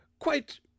Quite